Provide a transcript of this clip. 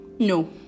No